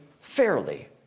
fairly